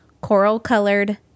coral-colored